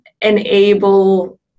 enable